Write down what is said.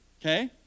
Okay